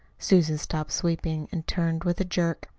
susan stopped sweeping and turned with a jerk.